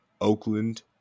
Oakland